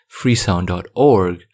freesound.org